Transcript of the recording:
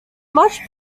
much